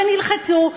שהם נלחצו,